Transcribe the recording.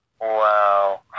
Wow